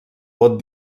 vot